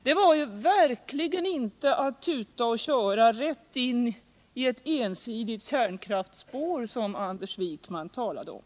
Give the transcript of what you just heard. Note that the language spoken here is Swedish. Det innebar verkligen inte att tuta och köra rätt in i ett ensidigt kärnkraftsspår, som Anders Wijkman talade om.